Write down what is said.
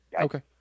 Okay